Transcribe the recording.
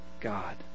God